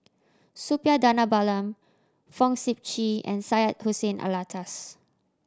Suppiah Dhanabalan Fong Sip Chee and Syed Hussein Alatas